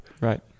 right